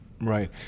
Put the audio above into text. Right